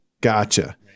Gotcha